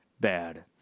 bad